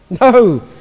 No